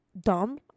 dumb